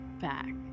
back